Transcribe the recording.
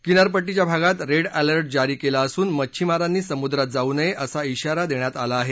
किनारपट्टी भागात red alert जारी केला असून मच्छिमारांनी समुद्रात जाऊ नये असा शिरा देण्यात आला आहे